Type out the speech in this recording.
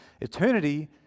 eternity